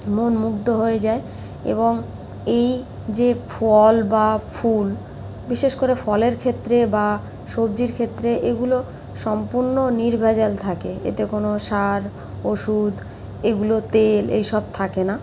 মন মুগ্ধ হয়ে যায় এবং এই যে ফল বা ফুল বিশেষ করে ফলের ক্ষেত্রে বা সবজির ক্ষেত্রে এগুলো সম্পূর্ণ নির্ভেজাল থাকে এতে কোনো সার ওষুদ এগুলো তেল এই সব থাকে না